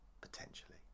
Potentially